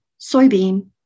soybean